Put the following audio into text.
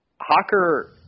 Hawker